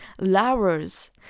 lowers